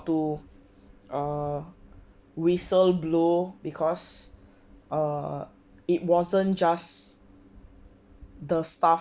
to err whistle blow because err it wasn't just the staff